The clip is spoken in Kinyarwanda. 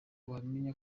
wamenya